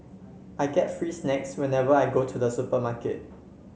I get free snacks whenever I go to the supermarket